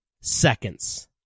seconds